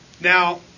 Now